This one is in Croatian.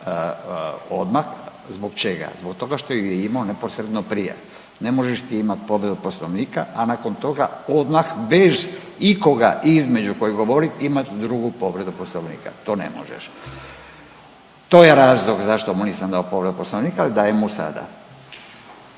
odmah. Zbog čega? Zbog toga što ju je imamo neposredno prije. Ne možeš ti imati povredu Poslovnika, a nakon toga odmah bez ikoga između koji govori imat drugu povredu Poslovnika, to ne možeš. To je razlog zašto mu nisam dao povredu Poslovnika, ali dajem mu sada.